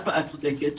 את צודקת,